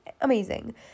amazing